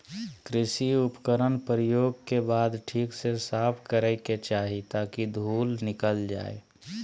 कृषि उपकरण प्रयोग के बाद ठीक से साफ करै के चाही ताकि धुल निकल जाय